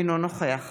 אינו נוכח